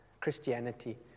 Christianity